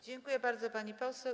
Dziękuję bardzo, pani poseł.